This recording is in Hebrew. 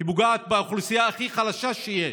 היא פוגעת באוכלוסייה הכי חלשה שיש.